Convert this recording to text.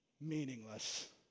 meaningless